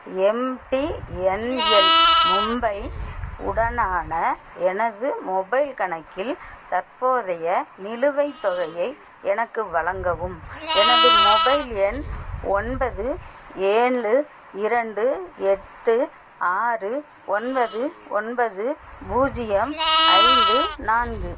MTNL Mumbai உடனான எனது mobile கணக்கில் தற்போதைய நிலுவைத் தொகையை எனக்கு வழங்கவும் எனது மொபைல் எண் ஒன்பது ஏலு இரண்டு எட்டு ஆறு ஒன்பது ஒன்பது பூஜ்ஜியம் ஐந்து நான்கு